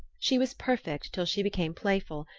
she was perfect till she became playful,